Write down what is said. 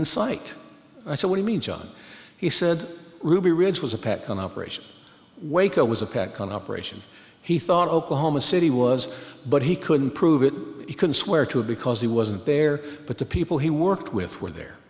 incite i said what i mean john he said ruby ridge was a pack on operation waco was a pac an operation he thought oklahoma city was but he couldn't prove it he couldn't swear to it because he wasn't there but the people he worked with were there